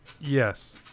Yes